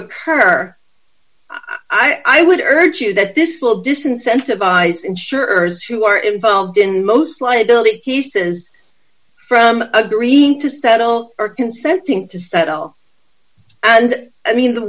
occur i would urge you that this will disincentive ice insurers who are involved in most liability he says from agreeing to settle for consenting to settle and i mean the